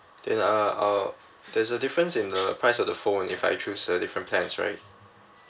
then uh I'll there's a difference in the price of the phone if I choose a different plan right